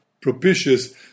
propitious